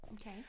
Okay